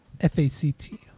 F-A-C-T